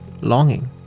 longing